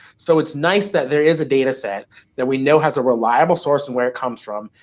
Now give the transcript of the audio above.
so it's nice that there is a data set that we know has a reliable source and where it comes from,